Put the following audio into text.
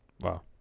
wow